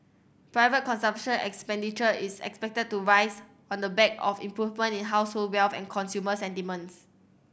private consumption expenditure is expected to rise on the back of in household wealth and consumer sentiments